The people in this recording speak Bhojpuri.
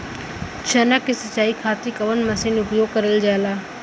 चना के सिंचाई खाती कवन मसीन उपयोग करल जाला?